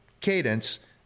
cadence